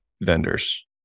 vendors